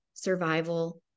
survival